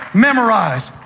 memorize.